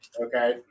okay